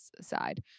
side